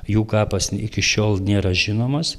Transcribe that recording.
jų kapas iki šiol nėra žinomas